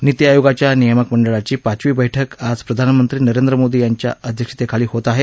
नीती आयोगाच्या नियामक मंडळाची पाचवी बैठक आज प्रधानमंत्री नरेंद्र मोदी यांच्या अध्यक्षते खाली होत आहे